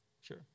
Sure